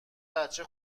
بچه